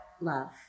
love